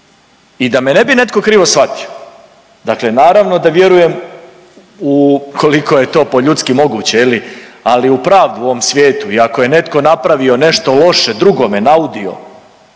I da me ne bi netko krivo shvatio, dakle naravno da vjerujem ukoliko je to po ljudski moguće je li, ali i u pravdu u ovom svijetu i ako je netko napravio nešto loše drugome naudio